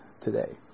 today